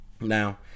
Now